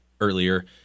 earlier